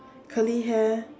curly hair